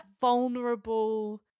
vulnerable